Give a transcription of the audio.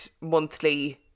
monthly